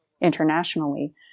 internationally